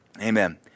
Amen